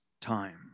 time